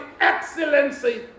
excellency